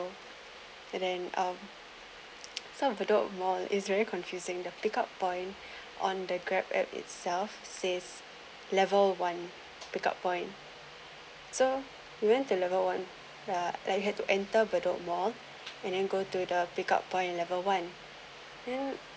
and then um some of bedok mall is very confusing the pick up point on the grab app itself says level one pick up point so we went to level one uh like they had to enter bedok mall and then go to the pick up point in level one